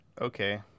okay